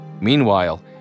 Meanwhile